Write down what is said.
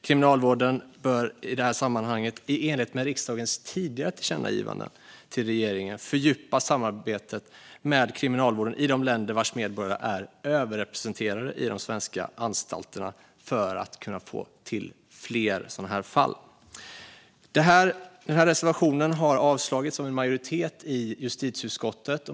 Kriminalvården bör i det sammanhanget, i enlighet med riksdagens tidigare tillkännagivande till regeringen, fördjupa samarbetet med kriminalvården i de länder vars medborgare är överrepresenterade i de svenska anstalterna för att överföring ska ske i fler fall. Reservationen har avstyrkts av en majoritet i justitieutskottet.